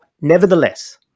Nevertheless